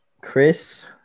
Chris